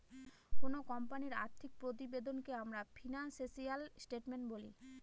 কোনো কোম্পানির আর্থিক প্রতিবেদনকে আমরা ফিনান্সিয়াল স্টেটমেন্ট বলি